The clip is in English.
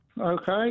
Okay